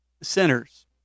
centers